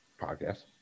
podcast